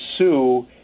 sue